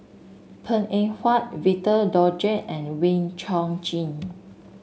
Png Eng Huat Victor Doggett and Wee Chong Jin